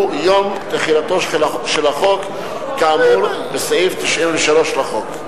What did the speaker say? הוא יום תחילתו של החוק, כאמור בסעיף 93 לחוק.